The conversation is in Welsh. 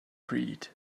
pryd